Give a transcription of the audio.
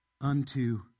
unto